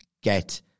get